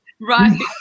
right